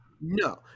no